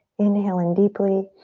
inhale in deeply.